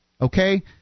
okay